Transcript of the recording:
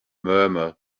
murmur